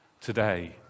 today